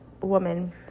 woman